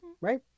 right